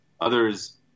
others